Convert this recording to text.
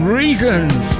reasons